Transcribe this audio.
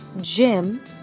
gym